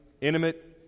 intimate